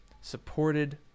supported